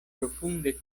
profunde